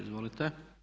Izvolite.